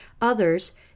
others